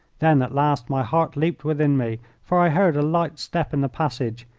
then at last my heart leaped within me, for i heard a light step in the passage.